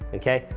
okay?